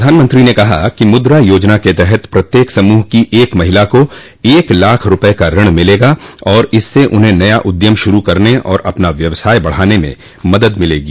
प्रधानमंत्री ने कहा कि मुद्रा योजना के तहत प्रत्येक समूह की एक महिला को एक लाख रुपये का ऋण मिलेगा और इससे उन्हें नया उद्यम शुरु करने और अपना व्यवसाय बढाने में मदद मिलेगी